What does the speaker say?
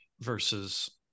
Versus